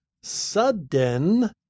sudden